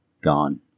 gone